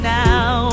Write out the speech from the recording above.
now